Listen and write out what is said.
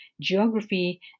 Geography